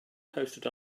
posted